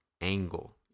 angle